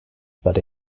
but